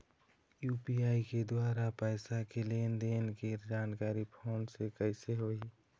UPI के द्वारा पैसा के लेन देन के जानकारी फोन से कइसे होही?